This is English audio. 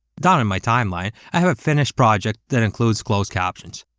down in my timeline, i have a finished project, that includes closed captions.